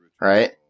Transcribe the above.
right